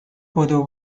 بدو